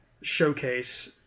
showcase